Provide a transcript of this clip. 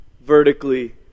vertically